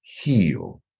heal